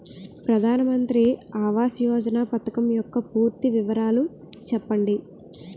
ప్రధాన మంత్రి ఆవాస్ యోజన పథకం యెక్క పూర్తి వివరాలు చెప్పండి?